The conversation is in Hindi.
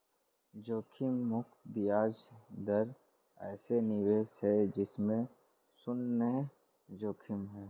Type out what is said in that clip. जोखिम मुक्त ब्याज दर ऐसा निवेश है जिसमें शुन्य जोखिम है